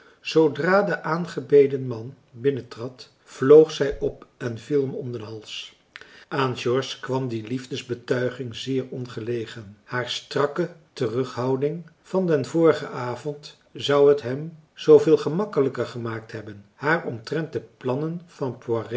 zoodra de aangebeden man binnentrad vloog zij op en viel hem om den hals aan george kwam die liefdesbetuiging zeer ongelegen haar strakke terughouding van den vorigen avond zou t hem zooveel gemakkelijker gemaakt hebben haar omtrent de plannen van